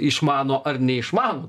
išmano ar neišmano